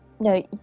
No